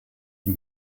die